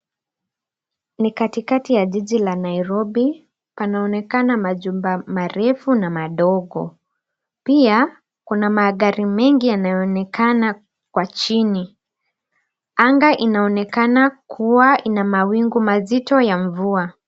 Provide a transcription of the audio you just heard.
Ni katikati ya jiji la Nairobi, panaonekana majumba marefu na madogo. Pia, kuna magari mengi yanaonekana kwa chini. Anga inaonekana kuwa ina mawingu mazito ya mvua.